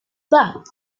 but